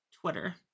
Twitter